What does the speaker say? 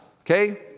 okay